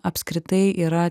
apskritai yra